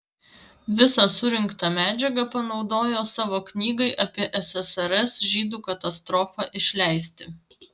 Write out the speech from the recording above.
visą surinktą medžiagą panaudojo savo knygai apie ssrs žydų katastrofą išleisti